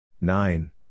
Nine